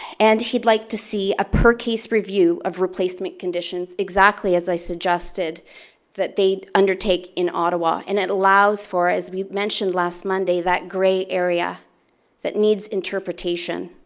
and he would like to see a per case review of replacement conditions exactly as i suggested that they undertake in ottawa and it allows for as we mentioned last monday, that grey area that needs interpretation.